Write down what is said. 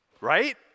Right